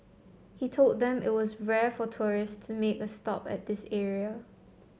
he told them that it was rare for tourist to make a stop at this area